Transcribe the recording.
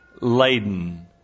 laden